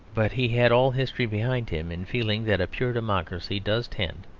but he had all history behind him in feeling that a pure democracy does tend,